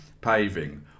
paving